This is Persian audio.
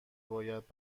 باید